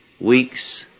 weeks